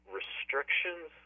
restrictions